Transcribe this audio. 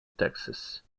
texas